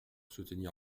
soutenir